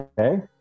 okay